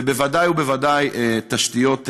ובוודאי ובוודאי תשתיות אחרות.